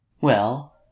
Well